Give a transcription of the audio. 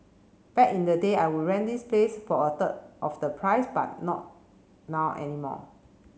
back in the day I would rent this place for a third of the price but not now anymore